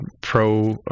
Pro